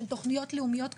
של תוכניות לאומיות קיימות,